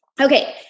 Okay